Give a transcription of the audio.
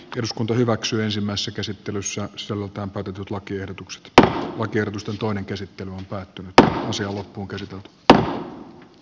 eduskunta hyväksyi ensimmäisessä käsittelyssä solukämppä tutut lakiehdotukset d ulkertusta toinen käsittely on päättynyt osia ja puukäsityöt suomalaisia aluksia